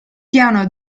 piano